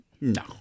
No